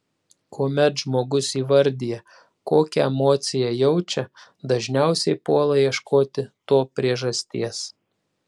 kuomet žmogus įvardija kokią emociją jaučia dažniausiai puola ieškoti to priežasties